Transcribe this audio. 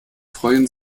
freuen